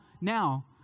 now